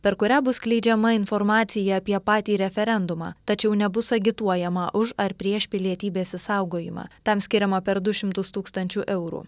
per kurią bus skleidžiama informacija apie patį referendumą tačiau nebus agituojama už ar prieš pilietybės išsaugojimą tam skiriama per du šimtus tūkstančių eurų